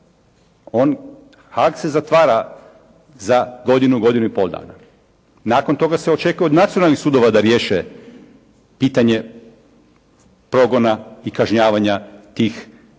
On, Haag se zatvara za godinu, godinu i pol dana. Nakon toga se očekuje od nacionalnih sudova da riješe pitanje progona i kažnjavanja tih pojedinaca.